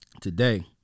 today